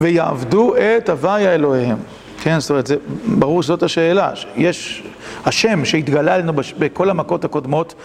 ויעבדו את הוויה אלוהים. כן, זאת אומרת, ברור שזאת השאלה. השם שהתגלה אלינו בכל המכות הקודמות